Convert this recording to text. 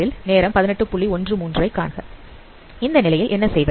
இந்த நிலையில் என்ன செய்வது